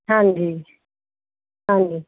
ਹਾਂਜੀ